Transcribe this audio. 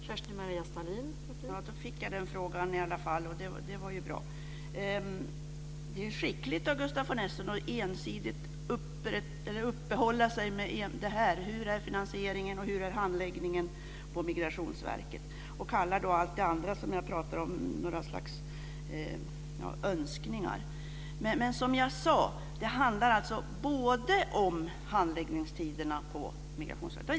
Fru talman! Då fick jag den frågan i alla fall. Det var ju bra. Det är skickligt av Gustaf von Essen att ensidigt uppehålla sig vid det här: Hur är finansieringen? Hur är handläggningen på Migrationsverket? Han kallar då allt det andra som jag pratar om för några slags önskningar. Men som jag sade handlar det om handläggningstiderna på Migrationsverket.